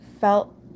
felt